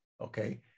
Okay